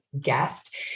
guest